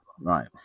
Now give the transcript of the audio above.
Right